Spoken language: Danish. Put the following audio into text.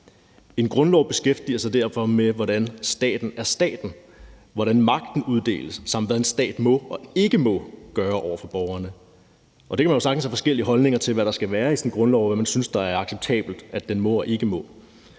En grundlov beskæftiger sig derfor med, hvordan staten er staten, hvordan magten uddeles, samt hvad en stat må og ikke må gøre over for borgerne. Man kan jo sagtens have forskellige holdninger til, hvad der skal være i sådan en grundlov, og hvad man synes er acceptabelt at den må og ikke må,